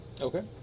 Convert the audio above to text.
Okay